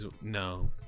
No